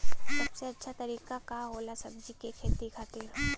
सबसे अच्छा तरीका का होला सब्जी के खेती खातिर?